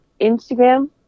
Instagram